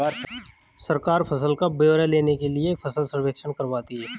सरकार फसल का ब्यौरा लेने के लिए फसल सर्वेक्षण करवाती है